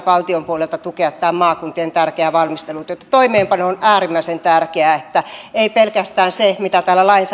valtion puolelta tukea tätä maakuntien tärkeää valmistelutyötä toimeenpano on äärimmäisen tärkeää ei pelkästään se mitä